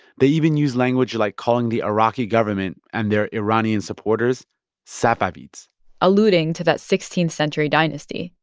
they even used language like calling the iraqi government and their iranian supporters safavids alluding to that sixteenth century dynasty,